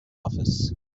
office